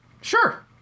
Sure